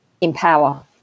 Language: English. empower